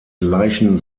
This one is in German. gleichen